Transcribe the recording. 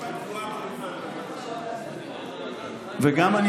הנוכחית --- וגם אני